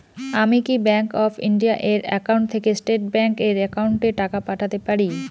আমি কি Bank of India এর একাউন্ট থেকে স্টেট ব্যাংক এর একাউন্টে টাকা পাঠাতে পারি?